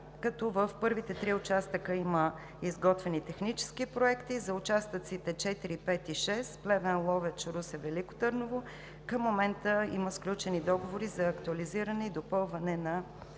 като в първите три от тях има изготвени технически проекти. За участъците 4, 5, 6 – Плевен – Ловеч – Русе – Велико Търново, към момента има сключени договори за актуализиране и допълване на